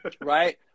right